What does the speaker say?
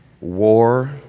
war